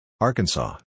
Arkansas